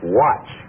watch